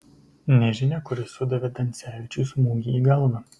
nežinia kuris sudavė dansevičiui smūgį į galvą